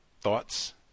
thoughts